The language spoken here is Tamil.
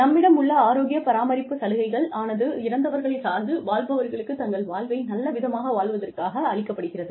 நம்மிடம் உள்ள ஆரோக்கிய பராமரிப்பு சலுகைகள் ஆனது இறந்தவர்களை சார்ந்து வாழ்பவர்களுக்கு தங்கள் வாழ்வை நல்ல விதமாக வாழ்வதற்காக அளிக்கப்படுகிறது